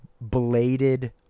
bladed